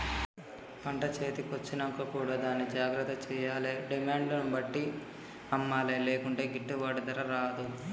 పంట చేతి కొచ్చినంక కూడా దాన్ని జాగ్రత్త చేయాలే డిమాండ్ ను బట్టి అమ్మలే లేకుంటే గిట్టుబాటు ధర రాదు